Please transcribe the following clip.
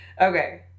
Okay